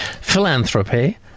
philanthropy